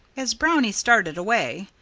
as brownie started away,